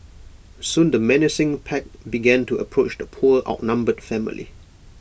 soon the menacing pack began to approach the poor outnumbered family